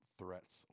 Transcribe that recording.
threats